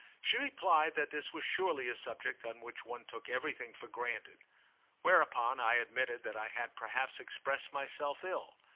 she replied that this was surely a subject on which one took everything for granted whereupon i admitted that i had perhaps expressed myself ill.